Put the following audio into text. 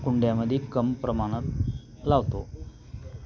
कुंड्यामध्ये कमी प्रमाणात लावतो